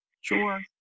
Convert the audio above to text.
Sure